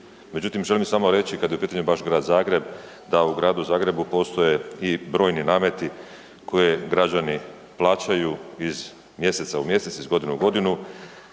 Međutim, želim samo reći kad je u pitanju baš Grad Zagreb, da u Gradu Zagrebu postoje i brojni nameti koje građani plaćaju iz mjeseca u mjesec, iz godine u godinu